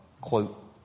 quote